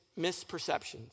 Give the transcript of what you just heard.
misperceptions